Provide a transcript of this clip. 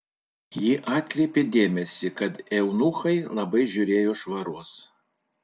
ji atkreipė dėmesį kad eunuchai labai žiūrėjo švaros